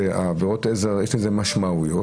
יש לזה משמעויות,